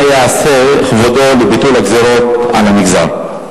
מה יעשה כבודו לביטול הגזירות על המגזר?